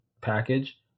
package